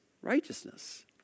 righteousness